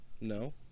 No